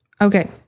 Okay